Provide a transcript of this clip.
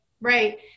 right